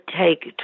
take